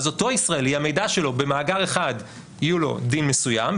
אז אותו ישראלי המידע שלו במאגר אחד יהיו לו דין מסוים,